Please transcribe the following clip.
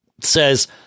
says